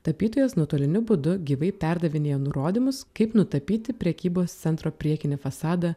tapytojas nuotoliniu būdu gyvai perdavinėjo nurodymus kaip nutapyti prekybos centro priekinį fasadą